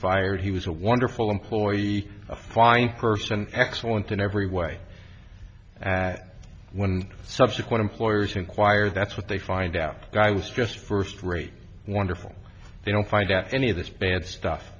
fired he was a wonderful employee a fine person excellent in every way that when subsequent employers inquire that's what they find out i was just first rate wonderful they don't find out any of this bad stuff